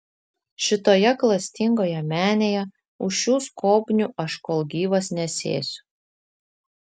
šitoje klastingoje menėje už šių skobnių aš kol gyvas nesėsiu